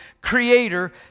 creator